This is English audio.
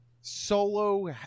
Solo